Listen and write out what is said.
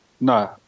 No